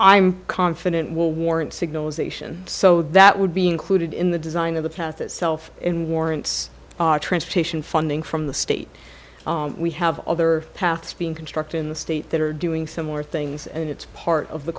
i'm confident will warrant signals ation so that would be included in the design of the path itself and warrants transportation funding from the state we have other paths being constructed in the state that are doing similar things and it's part of the